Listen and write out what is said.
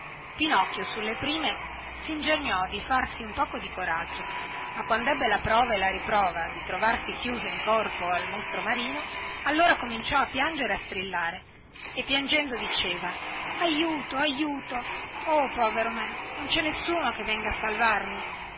pinocchio sulle prime singegnò di farsi un poco di coraggio ma quandebbe la prova e la riprova di trovarsi chiuso in corpo al mostro marino allora cominciò a piangere e a strillare e piangendo diceva aiuto aiuto oh povero me non cè nessuno che venga a salvarmi